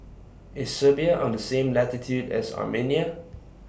IS Serbia on The same latitude as Armenia